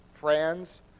friends